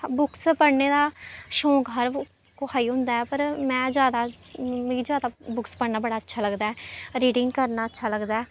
books पढ़ने दा शौंक हर कुहै गी होंदा ऐ पर में जैदा मिगी जैदा बुक्स पढ़ना बड़ा अच्छा लगदा ऐ रीडिंग करना अच्छा लगदा ऐ